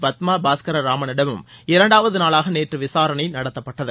பத்மா பாஸ்கர ராமனிடமும் இரண்டாவது நாளாக நேற்று விசாரணை நடத்தப்பட்டது